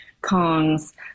Kongs